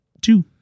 two